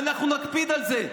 ואנחנו נקפיד על זה.